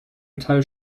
metall